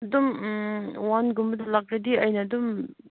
ꯑꯗꯨꯝ ꯋꯥꯟꯒꯨꯝꯕꯗ ꯂꯥꯛꯂꯗꯤ ꯑꯩꯅꯗꯨꯝ